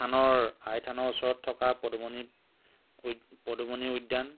থানৰ আই থানৰ ওচৰত থকা পদুমণি উ পদুমণি উদ্যান